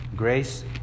grace